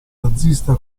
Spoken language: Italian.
nazista